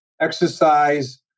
Exercise